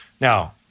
Now